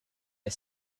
the